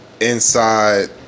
Inside